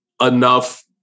enough